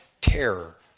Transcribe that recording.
terror